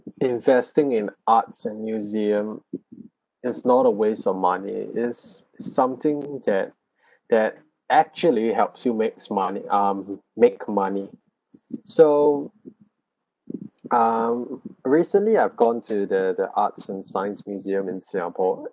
investing in arts and museum is not a waste of money is s~ something that that actually helps you makes money um make money so um recently I've gone to the the arts and science museum in singapore